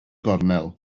gornel